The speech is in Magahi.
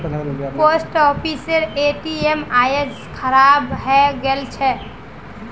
पोस्ट ऑफिसेर ए.टी.एम आइज खराब हइ गेल छ